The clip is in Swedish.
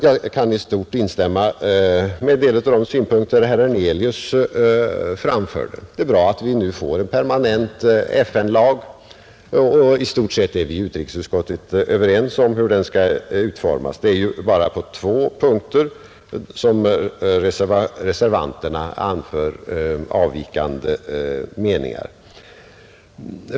Jag kan i stort sett instämma i en del av de synpunkter som herr Hernelius framförde. Det är bra att vi nu får en permanent FN-lag, och i stort sett är utrikesutskottet överens om hur den skall utformas. Det är bara på två punkter som reservanterna anför avvikande meningar.